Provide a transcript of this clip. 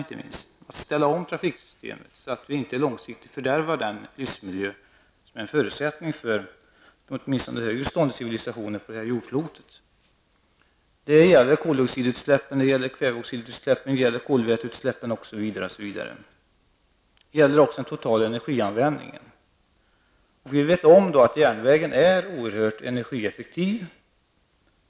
Vi måste ställa om trafiksystemet så att vi inte långsiktigt fördärvar den livsmiljö som är en förutsättning för civilisationen på det här jordklotet. Det gäller koldioxidutsläpp, kväveoxidutsläpp, kolväteutsläpp osv. Det gäller också den totala energianvändningen. Vi vet att järnvägen är oerhört energieffektiv.